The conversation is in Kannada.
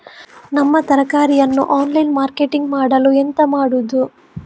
ನಮ್ಮ ತರಕಾರಿಯನ್ನು ಆನ್ಲೈನ್ ಮಾರ್ಕೆಟಿಂಗ್ ಮಾಡಲು ಎಂತ ಮಾಡುದು?